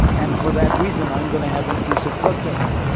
and for that reason, i am going to have intrusive drug testing.